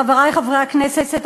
חברי חברי הכנסת,